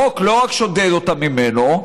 החוק לא רק שודד אותם ממנו,